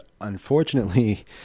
unfortunately